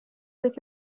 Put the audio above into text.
with